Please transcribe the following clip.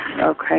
Okay